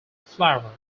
flower